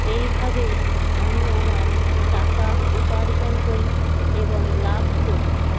এইভাবেই আমি আমার টাকা উপার্জন করি এবং লাভ করি